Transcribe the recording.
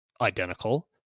identical